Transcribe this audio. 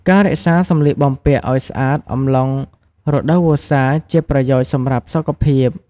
ការរក្សាសម្លៀកបំពាក់អោយស្អាតអំឡុងរដូវវស្សាជាប្រយោជន៍សម្រាប់សុខភាព។